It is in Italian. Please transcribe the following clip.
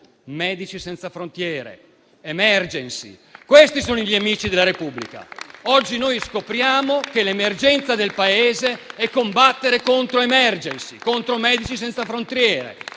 Medici senza frontiere, Emergency: questi sono i nemici della Repubblica. Oggi scopriamo che l'emergenza del Paese è combattere contro Emergency e Medici senza frontiere,